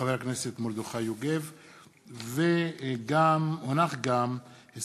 ומרדכי יוגב בנושא: תוצאותיו של דוח המועצה לשלום הילד,